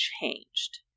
changed